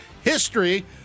history